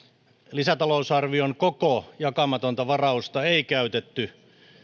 lisätalousarvion koko jakamatonta varausta ei käytetty